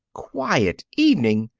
quiet evening!